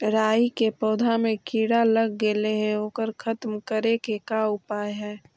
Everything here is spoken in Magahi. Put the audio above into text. राई के पौधा में किड़ा लग गेले हे ओकर खत्म करे के का उपाय है?